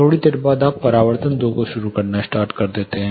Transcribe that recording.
थोड़ी देर बाद आप परावर्तन 2 को सुनना शुरू करते हैं